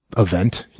event.